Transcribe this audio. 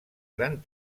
gran